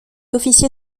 officier